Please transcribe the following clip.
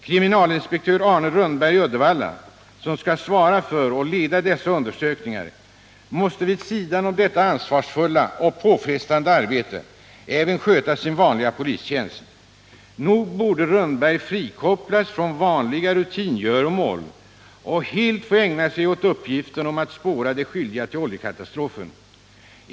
Kriminalinspektör Arne Rönnberg i Uddevalla, som skall svara för och leda dessa undersökningar, måste vid sidan om detta ansvarsfulla och påfrestande arbete även sköta sin vanliga polistjänst. Nog borde Rönnberg frikopplas från vanliga rutingöromål och helt få ägna sig åt uppgiften att spåra de skyldiga till oljekatastrofen.